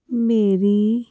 ਮੇਰੀ